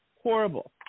Horrible